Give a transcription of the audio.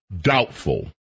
doubtful